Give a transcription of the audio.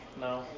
No